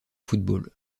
football